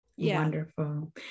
Wonderful